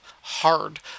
Hard